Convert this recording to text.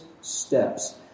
steps